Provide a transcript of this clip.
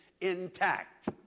intact